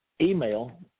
email